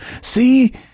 See